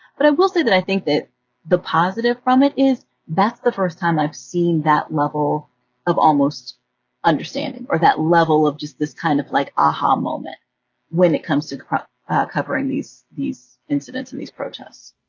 but i will say that i think that the positive from it is that's the first time i've seen that level of almost understanding or that level of just this kind of like ah-ha moment when it comes to covering these these incidents and these protests.